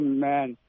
Amen